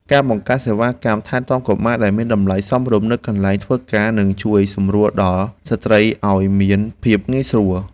ការបង្កើតសេវាកម្មថែទាំកុមារដែលមានតម្លៃសមរម្យនៅកន្លែងធ្វើការនឹងជួយសម្រួលដល់ស្ត្រីឱ្យមានភាពងាយស្រួល។